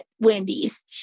Wendy's